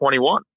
21